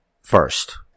first